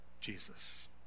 Jesus